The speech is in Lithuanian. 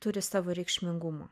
turi savo reikšmingumą